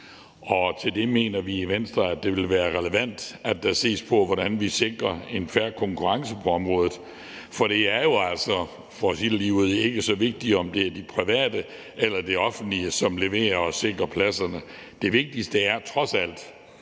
Og der mener vi i Venstre, at det vil være relevant, at der ses på, hvordan vi sikrer en fair konkurrence på området. For det er jo altså, for at sige det ligeud, ikke så vigtigt, om det er det private eller det offentlige, som leverer og sikrer pladserne. Det vigtigste er trods alt,